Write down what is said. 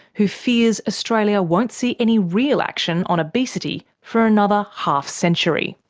who fears australia won't see any real action on obesity for another half century.